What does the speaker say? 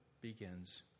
begins